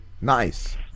nice